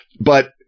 but-